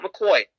McCoy